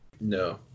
No